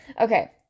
Okay